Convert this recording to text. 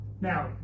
Now